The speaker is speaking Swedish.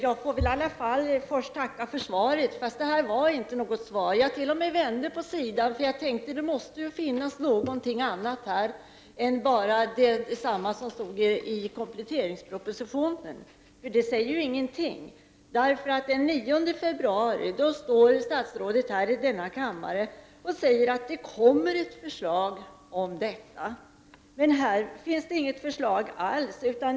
Herr talman! Jag får väl först tacka för svaret, trots att det inte var något svar på min fråga. Jag t.o.m. vände på bladet i det utdelade svaret, eftersom jag tänkte att det måste finnas någonting annat än bara det som står i kompletteringspropositionen. Det som citeras därifrån säger ju ingenting. Den 9 februari stod statsrådet här i denna kammare och sade att det kommer ett förslag om detta. Men här finns inget förslag alls.